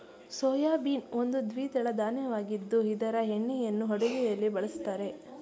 soybean ಒಂದು ದ್ವಿದಳ ಧಾನ್ಯವಾಗಿದ್ದು ಇದರ ಎಣ್ಣೆಯನ್ನು ಅಡುಗೆಯಲ್ಲಿ ಬಳ್ಸತ್ತರೆ